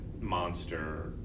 monster